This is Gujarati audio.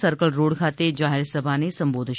સર્કલ રોડ ખાતે જાહેરસભાને સંબોધશે